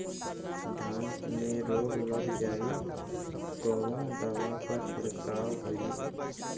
धान में रोग लग जाईत कवन दवा क छिड़काव होई?